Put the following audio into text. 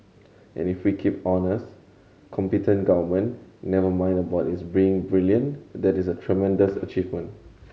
and if we keep honest competent government never mind about its being brilliant that is a tremendous achievement